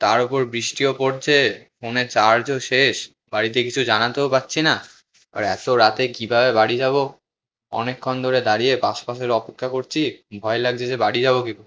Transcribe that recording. তার ওপর বৃষ্টিও পড়ছে ফোনে চার্জও শেষ বাড়িতে কিছু জানাতেও পারছি না আর এতো রাতে কীভাবে বাড়ি যাবো অনেকক্ষণ ধরে দাঁড়িয়ে বাস ফাসের অপেক্ষা করছি ভয় লাগছে যে বাড়ি যাবো কী করে